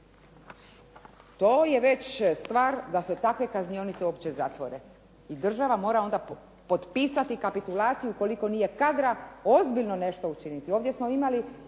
To je već stvar da se takve kaznionice uopće zatvore i država mora onda potpisati kapitulaciju ukoliko nije kadra ozbiljno nešto učiniti. Ovdje smo imali